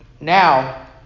Now